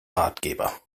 ratgeber